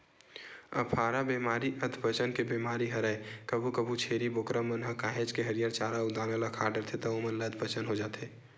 अफारा बेमारी अधपचन के बेमारी हरय कभू कभू छेरी बोकरा मन ह काहेच के हरियर चारा अउ दाना ल खा डरथे त ओमन ल अधपचन हो जाथे